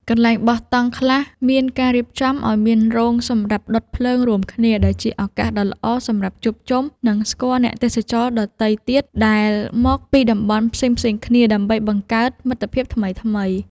កន្លែងបោះតង់ខ្លះមានការរៀបចំឱ្យមានរោងសម្រាប់ដុតភ្លើងរួមគ្នាដែលជាឱកាសដ៏ល្អសម្រាប់ជួបជុំ និង ស្គាល់អ្នកទេសចរដទៃទៀតដែលមកពីតំបន់ផ្សេងៗគ្នាដើម្បីបង្កើតមិត្តភាពថ្មីៗ។